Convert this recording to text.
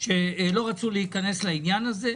שלא רצו להיכנס לעניין הזה,